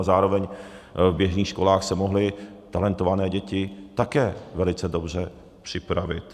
Zároveň v běžných školách se mohly talentované děti také velice dobře připravit.